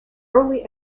early